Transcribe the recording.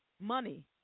Money